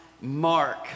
Mark